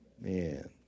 Man